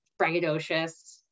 braggadocious